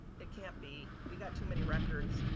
it can't be. we've got too many records.